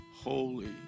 holy